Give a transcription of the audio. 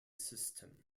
system